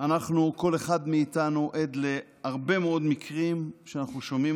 כל אחד מאיתנו עד להרבה מאוד מקרים שאנחנו שומעים